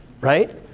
Right